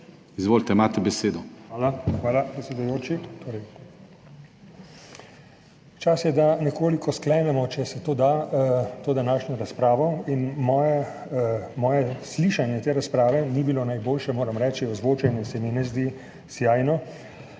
Izvolite, imate besedo. DR. IGOR PRIBAC: Hvala, predsedujoči. Čas je, da nekoliko sklenemo, če se to da, to današnjo razpravo in moje slišanje te razprave ni bilo najboljše, moram reči, da se mi ozvočenje ne zdi sijajno,